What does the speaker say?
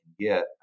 get